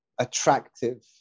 attractive